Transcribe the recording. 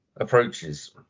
approaches